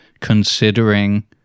considering